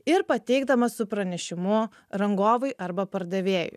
ir pateikdamas su pranešimu rangovui arba pardavėjui